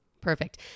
Perfect